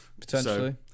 Potentially